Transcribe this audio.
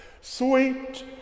sweet